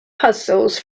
puzzles